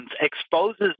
exposes